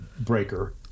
breaker